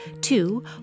Two